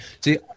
see